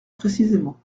précisément